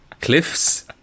Cliffs